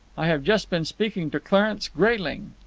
i have just been speaking to clarence grayling.